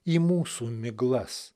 į mūsų miglas